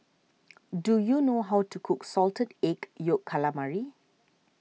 do you know how to cook Salted Egg Yolk Calamari